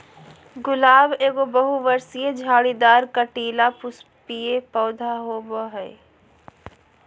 गुलाब एगो बहुवर्षीय, झाड़ीदार, कंटीला, पुष्पीय पौधा होबा हइ